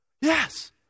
Yes